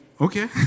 Okay